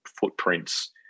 footprints